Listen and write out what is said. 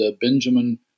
Benjamin